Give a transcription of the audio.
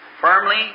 firmly